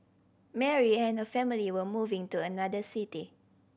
Mary and her family were moving to another city